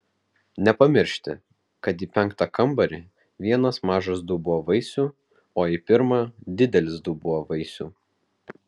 nepamiršti kad į penktą kambarį vienas mažas dubuo vaisių o į pirmą didelis dubuo vaisių